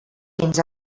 fins